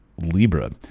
Libra